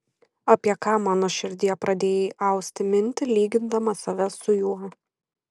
apie ką mano širdie pradėjai austi mintį lygindama save su juo